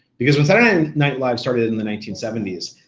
because when saturday night live started in the nineteen seventy s,